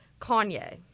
Kanye